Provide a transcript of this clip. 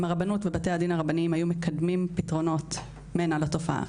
הרבנות ובתי הדין הרבניים היו מקדמים פתרונות מנע לתופעה.